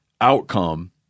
outcome